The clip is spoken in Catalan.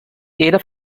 era